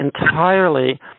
entirely